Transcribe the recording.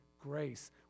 grace